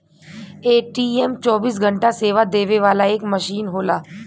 ATM चौबीस घंटा सेवा देवे वाला एक मसीन होला